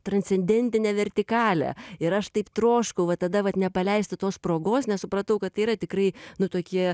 transcendentinę vertikalę ir aš taip troškau va tada vat nepaleisti tos progos nes supratau kad tai yra tikrai nu tokie